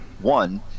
one